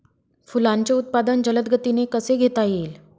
फुलांचे उत्पादन जलद गतीने कसे घेता येईल?